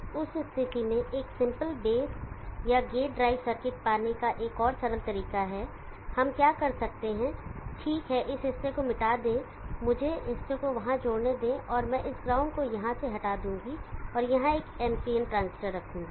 उस स्थिति में एक सिंपल बेस या गेट ड्राइव सर्किट पाने का एक और सरल तरीका है हम क्या कर सकते हैं ठीक है इस हिस्से को मिटा दें मुझे हिस्से को वहां जोड़ने दें और मैं इस ग्राउंड को यहां से हटा दूंगा और यहां एक NPN ट्रांजिस्टर रखूंगा